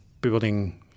building